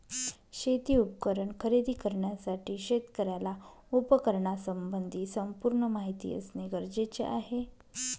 शेती उपकरण खरेदी करण्यासाठी शेतकऱ्याला उपकरणासंबंधी संपूर्ण माहिती असणे गरजेचे आहे